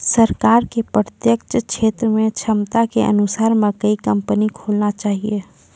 सरकार के प्रत्येक क्षेत्र मे क्षमता के अनुसार मकई कंपनी खोलना चाहिए?